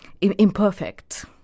imperfect